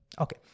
Okay